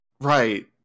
Right